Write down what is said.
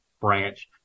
branch